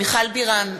מיכל בירן,